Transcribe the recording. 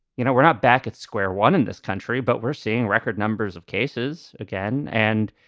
you know, we're not back at square one in this country, but we're seeing record numbers of cases again. and,